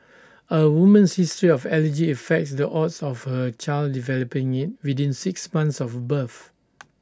A woman's history of allergy affects the odds of her child developing IT within six months of birth